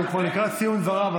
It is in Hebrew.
הוא כבר לקראת סיום דבריו,